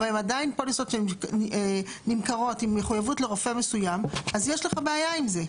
ועדיין פוליסות נמכרות עם מחויבות לרופא מסוים אז יש לך בעיה עם זה.